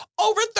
over